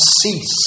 cease